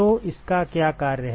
तो इसका क्या कार्य है